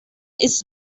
its